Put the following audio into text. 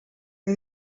que